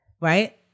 right